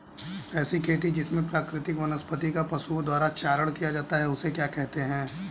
ऐसी खेती जिसमें प्राकृतिक वनस्पति का पशुओं द्वारा चारण किया जाता है उसे क्या कहते हैं?